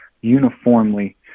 uniformly